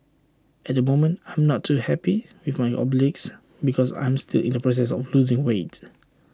at the moment I'm not too happy with my obliques because I'm still in the process of losing weight